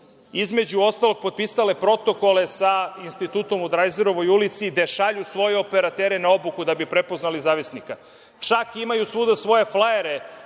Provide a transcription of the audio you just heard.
između ostalog, potpisale protokole sa Institutom u Drajzerovoj ulici, gde šalju svoje operatere na obuku da bi prepoznali zavisnika. Čak imaju svuda svoje flajere